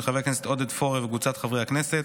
של חבר הכנסת עודד פורר וקבוצת חברי הכנסת,